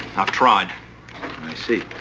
i've tried. i see.